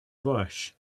bush